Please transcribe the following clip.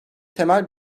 temel